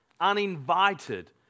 uninvited